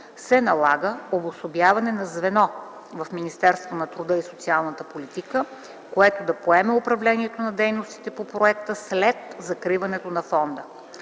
се налага обособяване на звено в Министерството на труда и социалната политика, което да поеме управлението на дейностите по проекта след закриването на фонда.